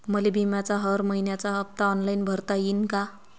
मले बिम्याचा हर मइन्याचा हप्ता ऑनलाईन भरता यीन का?